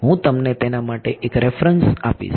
હું તમને તેના માટે એક રેફરન્સ આપીશ